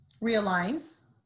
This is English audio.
realize